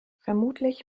vermutlich